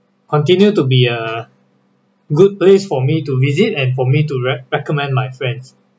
continue to be a good place for me to visit and for me to rec~ recommend my friends